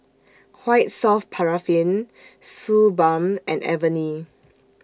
White Soft Paraffin Suu Balm and Avene